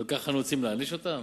על כך אנחנו רוצים להעניש אותם?